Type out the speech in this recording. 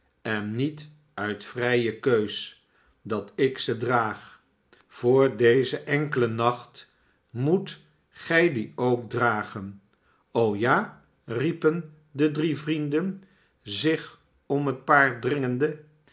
en niet uit vrije keus dat ik ze draag voor dezen enkelen nacht moet gij die ook dragen o ja riepen de drie vnenden zich om het paard dringende